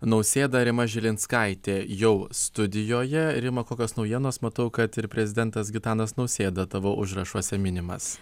nausėda rima žilinskaitė jau studijoje rima kokios naujienos matau kad ir prezidentas gitanas nausėda tavo užrašuose minimas